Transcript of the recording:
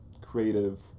creative